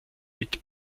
mit